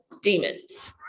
Demons